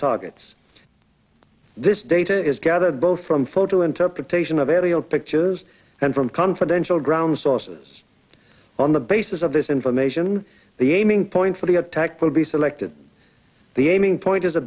targets this data is gathered both from photo interpretation of aerial pictures and from confidential ground sources on the basis of this information the aiming point for the attack will be selected the aiming point is a